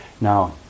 Now